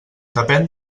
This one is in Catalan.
depèn